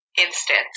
instance